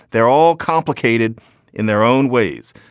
they're all complicated in their own ways.